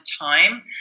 time